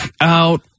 out